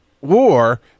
war